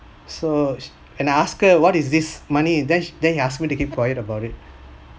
so when I asked her what is this money then then he ask me to keep quiet about it